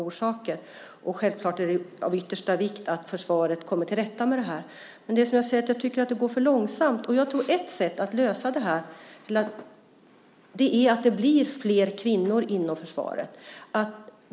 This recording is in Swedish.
Självklart är det av yttersta vikt att försvaret kommer till rätta med detta. Men jag tycker att det går för långsamt. Jag tror att ett sätt att lösa detta problem är att det blir flera kvinnor inom försvaret.